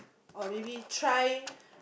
or maybe try